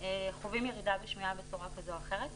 חווים ירידה בשמיעה בצורה כזו או אחרת,